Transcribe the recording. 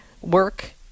work